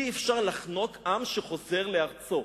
אי-אפשר לחנוק עם שחוזר לארצו.